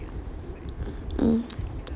um